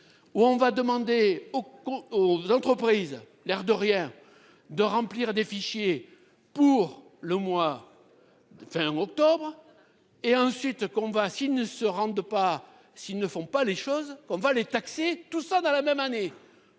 Où on va demander aux cons aux entreprises. L'air de rien, de remplir des fichiers pour le mois. De fin octobre et ensuite qu'on va s'ils ne se rendent pas, s'ils ne font pas les choses qu'on va les taxer tout ça dans la même année.